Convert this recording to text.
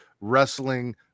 wrestling